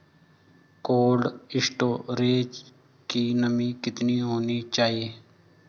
Cold storage की नमी कितनी होनी चाहिए?